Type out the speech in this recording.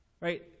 Right